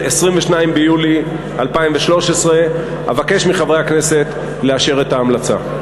22 ביולי 2013. אבקש מחברי הכנסת לאשר את ההמלצה.